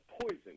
poison